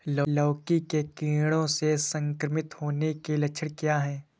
लौकी के कीड़ों से संक्रमित होने के लक्षण क्या हैं?